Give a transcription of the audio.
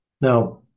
Now